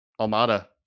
Almada